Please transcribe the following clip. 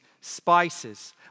spices